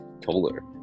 Taller